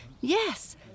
Yes